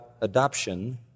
adoption